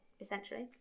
essentially